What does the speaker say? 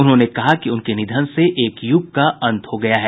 उन्होंने कहा कि उनके निधन से एक युग का अंत हो गया है